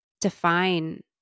define